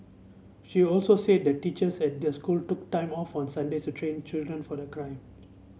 she also said that the teachers at the school took time off on Sundays to train children for the climb